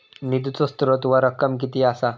निधीचो स्त्रोत व रक्कम कीती असा?